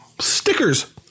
stickers